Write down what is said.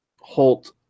Holt